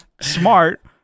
smart